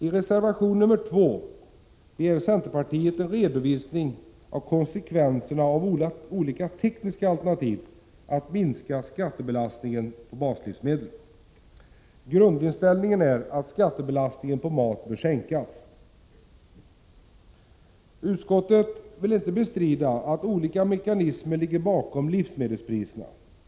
I reservation nr 2 begär centerpartiet en redovisning av konsekvenserna av olika tekniska alternativ när det gäller att minska skattebelastningen på baslivsmedel. Grundinställningen är att skattebelastningen på mat bör minskas. Utskottet vill inte bestrida att olika mekanismer ligger bakom livsmedelspriserna.